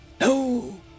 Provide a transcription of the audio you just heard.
No